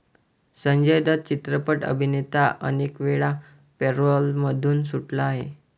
संजय दत्त चित्रपट अभिनेता अनेकवेळा पॅरोलमधून सुटला आहे